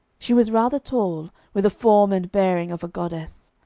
she was rather tall, with a form and bearing of a goddess.